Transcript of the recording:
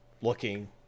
looking